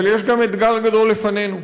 אבל יש גם אתגר גדול לפנינו.